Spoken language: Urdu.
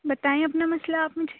بتائیں اپنا مسئلہ آپ مجھے